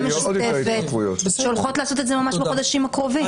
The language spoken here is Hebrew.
משותפת שהולכת לעשות ממש בחודשים הקרובים.